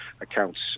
accounts